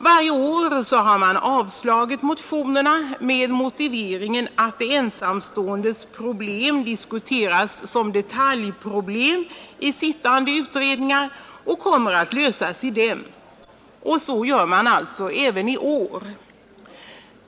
Varje år har riksdagen avslagit motionerna med motiveringen att de ensamståendes problem diskuteras som detaljproblem i sittande utredningar och kommer att lösas av dem. Så gör man alltså även i år.